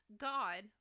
God